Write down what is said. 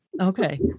Okay